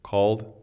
called